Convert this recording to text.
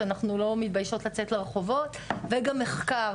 אנחנו לא מתביישות לצאת לרחובות וגם מחקר,